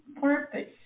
purpose